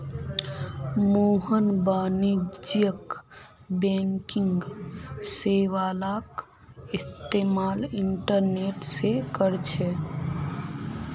मोहन वाणिज्यिक बैंकिंग सेवालाक इस्तेमाल इंटरनेट से करछे